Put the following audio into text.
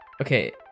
okay